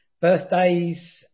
birthdays